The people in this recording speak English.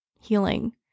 healing